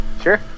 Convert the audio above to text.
Sure